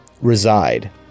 reside